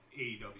AEW